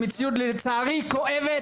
המציאות לצערי כואבת,